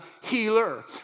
healer